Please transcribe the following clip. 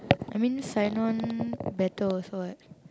I mean sign on better also [what]